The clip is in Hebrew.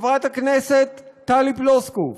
חברת הכנסת טלי פלוסקוב,